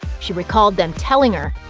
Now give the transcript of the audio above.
she recalled them telling her,